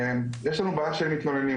הוא שיש לנו בעיה של מתלוננים.